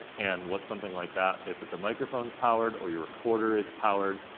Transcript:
and what something like that, if if the microphone's powered or your recorder is powered,